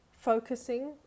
focusing